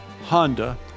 Honda